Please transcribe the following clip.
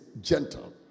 gentle